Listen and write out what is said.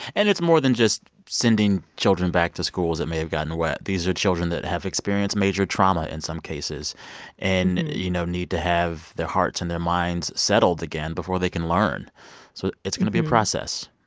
and it's more than just sending children back to schools that may have gotten wet. these are children that have experienced major trauma in some cases and, you know, need to have their hearts and their minds settled again before they can learn so it's going to be a process.